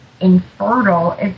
infertile